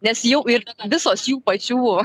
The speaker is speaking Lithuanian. nes jau ir visos jų pačių